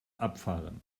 abfahren